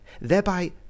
Thereby